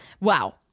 wow